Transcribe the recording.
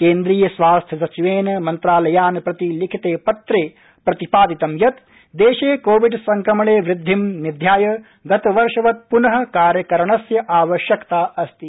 केन्द्रीय स्वास्थ्य सचिवेन मन्त्रालयान् प्रति लिखिते पत्रे प्रतिपादितं यत् देशे कोविड संक्रमणे वृद्धि निध्याय गतवर्षवत् पुन कार्यकरणस्य आवश्यकता अस्ति